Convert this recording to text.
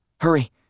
Hurry